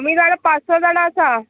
आमी जाणा पांच स जाणां आसा